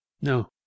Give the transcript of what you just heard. No